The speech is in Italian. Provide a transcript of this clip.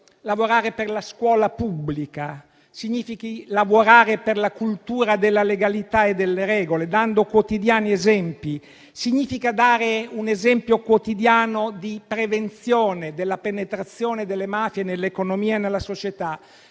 lavorare per la scuola pubblica, per la cultura della legalità e delle regole, dando quotidiani esempi. Significa dare un esempio quotidiano di prevenzione della penetrazione delle mafie nell'economia e nella società;